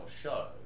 show